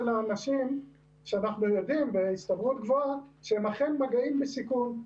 האנשים שאנחנו יודעים בהסתברות גבוהה שהם אכן מגעים בסיכון.